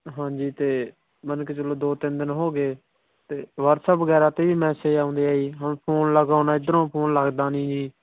ਹਾਂਜੀ ਅਤੇ ਮੰਨ ਕੇ ਚੱਲੋ ਦੋ ਤਿੰਨ ਦਿਨ ਹੋ ਗਏ ਅਤੇ ਵਟਸਐਪ ਵਗੈਰਾ 'ਤੇ ਵੀ ਮੈਸੇਜ ਆਉਂਦੇ ਆ ਜੀ ਹੁਣ ਫੋਨ ਲਗਾਉਂਦਾ ਇੱਧਰੋਂ ਫੋਨ ਲੱਗਦਾ ਨਹੀਂ ਜੀ